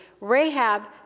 Rahab